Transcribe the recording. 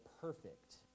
perfect